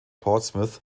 portsmouth